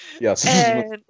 Yes